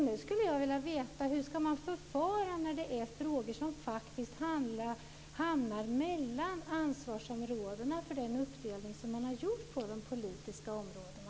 Nu skulle jag vilja veta hur man ska förfara när man har frågor som faktiskt hamnar mellan ansvarsområdena i den uppdelning som har gjorts när det gäller de politiska områdena.